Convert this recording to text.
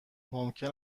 ممکن